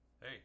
Hey